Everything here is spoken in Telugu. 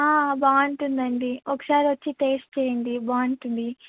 బాగుంటుందండి ఒకసారి వచ్చి టేస్ట్ చేయండి బాగుంటది